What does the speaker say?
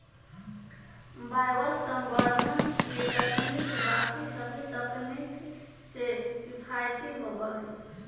वायवसंवर्धन के तकनीक बाकि सभी तकनीक से किफ़ायती होबा हई